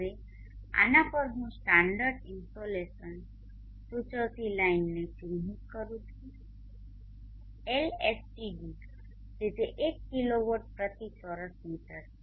હવે આના પર હું સ્ટાન્ડર્ડ ઇન્સોલેશન સૂચવતી લાઈનને ચિહ્નિત કરું છું Lstd કે જે 1 કિલોવોટ પ્રતિ ચોરસ મીટર છે